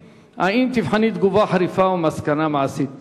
3. האם תבחני תגובה חריפה ומסקנה מעשית?